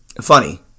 funny